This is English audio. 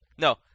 No